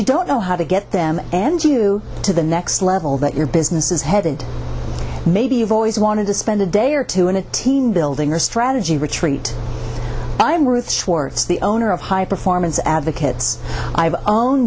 you don't know how to get them and you to the next level that your business is headed maybe you've always wanted to spend a day or two in a team building or strategy retreat i am with schwartz the owner of high performance advocates i have only